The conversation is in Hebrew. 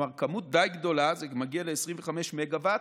כלומר כמות די גדולה, זה מגיע ל-25 מגה-ואט.